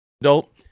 adult